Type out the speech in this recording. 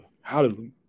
Hallelujah